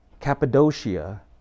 Cappadocia